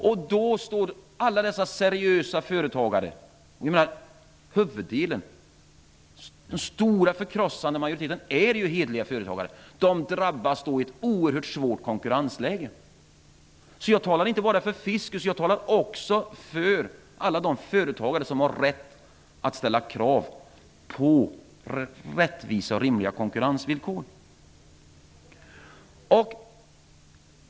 Då kommer alla seriösa företagare -- huvuddelen, den stora, förkrossande majoriteten, är ju hederliga företagare -- att drabbas i ett oerhört svårt konkurrensläge. Jag talar alltså för alla de företagare som har rätt att ställa krav på rättvisa och rimliga konkurrensvillkor.